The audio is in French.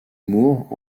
moore